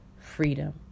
freedom